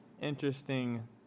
interesting